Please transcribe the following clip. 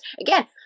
Again